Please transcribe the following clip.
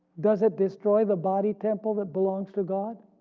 does it destroy the body temple that belongs to god?